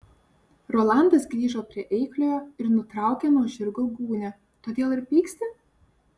rolandas grįžo prie eikliojo ir nutraukė nuo žirgo gūnią todėl ir pyksti